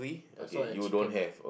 I saw a chicken